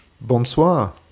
bonsoir